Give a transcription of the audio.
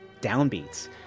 downbeats